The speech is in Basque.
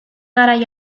garai